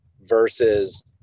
versus